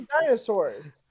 Dinosaurs